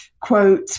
quote